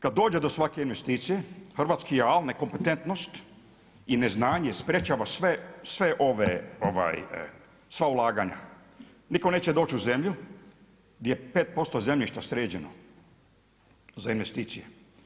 Kada dođe do svake investicije, hrvatski … nekompetentnost i neznanje sprječava sve ove, sva ulaganja, nitko neće doći u zemlju, gdje je 5% zemljišta sređeno za investicije.